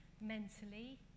mentally